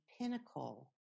pinnacle